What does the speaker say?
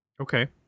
Okay